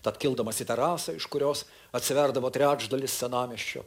tad kildamas į terasą iš kurios atsiverdavo trečdalis senamiesčio